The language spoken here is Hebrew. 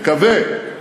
מקווה,